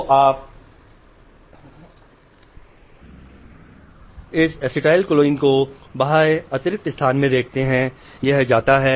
तो आप इस एसिटिलकोलाइन को बाह्य अतिरिक्त स्थान में देखते हैं यह जाता है